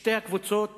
ששתי הקבוצות